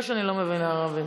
אתה יודע שאני לא מבינה ערבית.